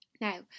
Now